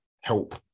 help